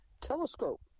telescope